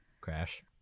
Crash